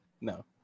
No